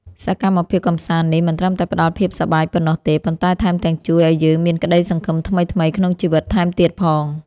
សកម្មភាពកម្សាន្តនេះមិនត្រឹមតែផ្ដល់ភាពសប្បាយប៉ុណ្ណោះទេប៉ុន្តែថែមទាំងជួយឱ្យយើងមានក្ដីសង្ឃឹមថ្មីៗក្នុងជីវិតថែមទៀតផង។